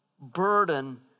burden